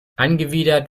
angewidert